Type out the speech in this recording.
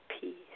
peace